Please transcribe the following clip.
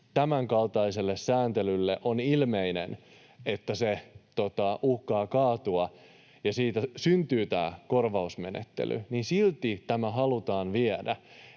tämänkaltaiselle sääntelylle on ilmeinen, eli se uhkaa kaatua ja siitä syntyy tämä korvausmenettely, niin silti tämä halutaan viedä.